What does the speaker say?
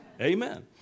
Amen